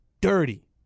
Dirty